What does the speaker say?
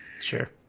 Sure